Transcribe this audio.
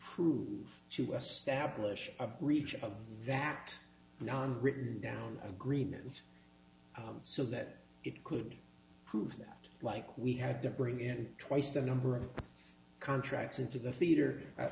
prove to us stablish of reach of that non written down agreement so that it could prove that like we had to bring in twice the number of contracts into the theater